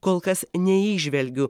kol kas neįžvelgiu